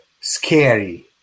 scary